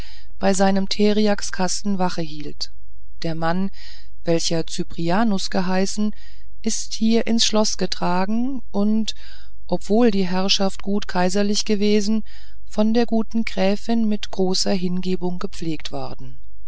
bei seinem theriakskasten wache hielt der mann welcher cyprianus geheißen ist hier ins schloß getragen und obwohl die herrschaft gut kaiserlich gewesen von der guten gräfin mit großer hingebung gepflegt worden